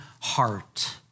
heart